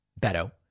Beto